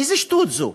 איזו שטות זו?